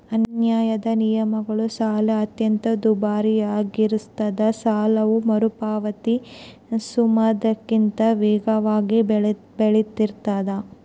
ಅನ್ಯಾಯದ ನಿಯಮಗಳು ಸಾಲ ಅತ್ಯಂತ ದುಬಾರಿಯಾಗಿಸ್ತದ ಸಾಲವು ಮರುಪಾವತಿಸುವುದಕ್ಕಿಂತ ವೇಗವಾಗಿ ಬೆಳಿತಿರ್ತಾದ